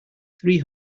three